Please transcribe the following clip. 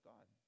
God